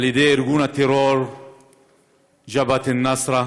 על ידי ארגון הטרור ג'בהת א-נוסרה.